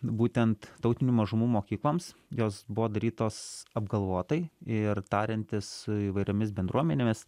būtent tautinių mažumų mokykloms jos buvo darytos apgalvotai ir tariantis su įvairiomis bendruomenėmis